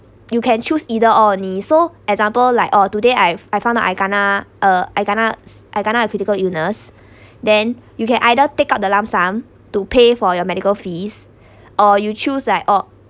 you can choose either or only so example like uh today I I found out I kena uh I kena I kena a critical illness then you can either take out the lump sum to pay for your medical fees or you choose like oh